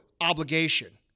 obligation